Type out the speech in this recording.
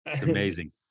Amazing